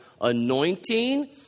anointing